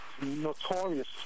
notorious